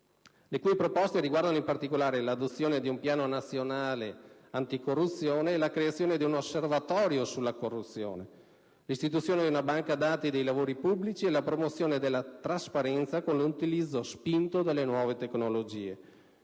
le cui proposte riguardano, in particolare, l'adozione di un Piano nazionale anticorruzione e la creazione di un osservatorio sulla corruzione, l'istituzione di una banca dati dei lavori pubblici e la promozione della trasparenza, con l'utilizzo spinto delle nuove tecnologie.